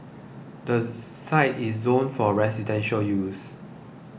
the site is zoned for residential use